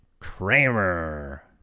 Kramer